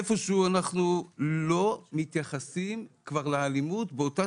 איפשהו אנחנו לא מתייחסים כבר לאלימות באותה